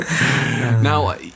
now